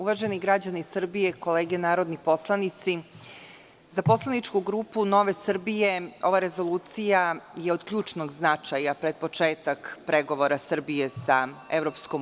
Uvaženi građani Srbije, kolege narodni poslanici, za poslaničku grupu Nove Srbije ova rezolucija je od ključnog značaja pred početak pregovora Srbije sa EU.